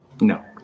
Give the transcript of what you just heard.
No